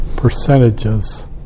Percentages